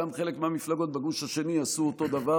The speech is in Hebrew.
גם חלק מהמפלגות בגוש השני עשו אותו דבר